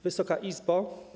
Wysoka Izbo!